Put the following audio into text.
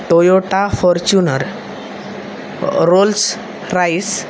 Toyota Fortuner Rolls Royce